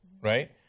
Right